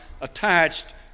attached